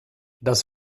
das